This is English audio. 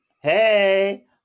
Hey